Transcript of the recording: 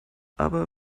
aber